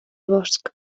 bosc